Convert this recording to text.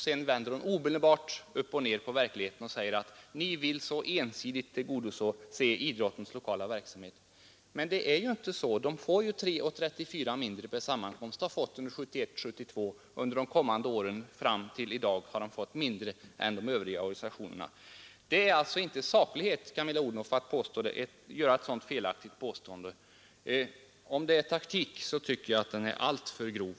Sedan vänder hon omedelbart upp och ned på verkligheten och säger att vi vill ensidigt tillgodose idrottens lokala verksamhet. Men det är ju inte så. Idrotten har haft 3:34 kronor mindre per sammankomst under 1971/72 och hela tiden fram till i dag har idrotten fått mindre än övriga organisationer. Det är inte saklighet, Camilla Odhnoff, att göra ett sådant felaktigt påstående. Om det är taktik, tycker jag den är alltför grov.